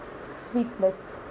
sweetness